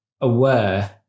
aware